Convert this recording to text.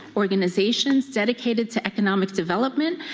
organizations dedicated to economic development,